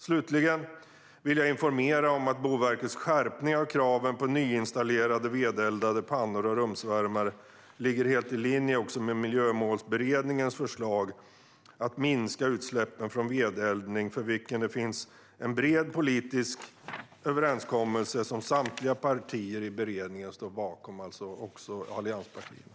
Slutligen vill jag informera om att Boverkets skärpning av kraven på nyinstallerade vedeldade pannor och rumsvärmare ligger helt i linje med Miljömålsberedningens förslag att minska utsläppen från vedeldning, för vilket det finns en bred politisk överenskommelse som samtliga partier i beredningen står bakom, alltså även allianspartierna.